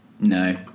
No